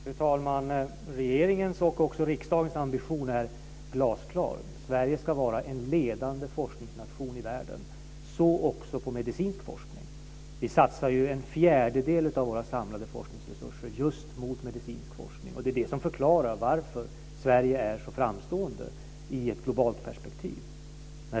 Fru talman! Regeringens, och också riksdagens, ambition är glasklar: Sverige ska vara en ledande forskningsnation i världen, så också på medicinsk forskning. Vi satsar en fjärdedel av våra samlade forskningsresurser just på medicinsk forskning, och det är det som förklarar varför Sverige är så framstående i ett globalt perspektiv.